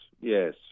yes